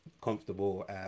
comfortable